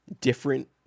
different